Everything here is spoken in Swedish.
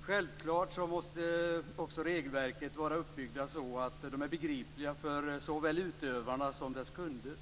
Självklart måste också regelverken vara uppbyggda så att de är begripliga för såväl utövarna som deras kunder.